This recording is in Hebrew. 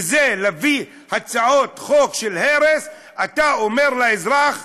להביא הצעות חוק של הרס אתה אומר לאזרח: